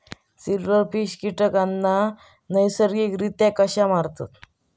Silverfish कीटकांना नैसर्गिकरित्या कसा मारतत?